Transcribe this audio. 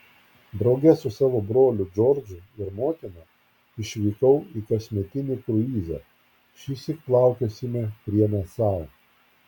drauge su savo broliu džordžu ir motina išvykau į kasmetinį kruizą šįsyk plaukiosime prie nasau